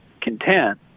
content